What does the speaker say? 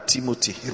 Timothy